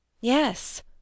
Yes